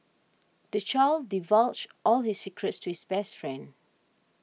the child divulged all his secrets to his best friend